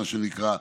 מה שנקרא,